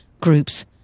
groups